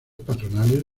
patronales